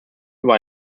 über